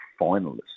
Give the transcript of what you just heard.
finalists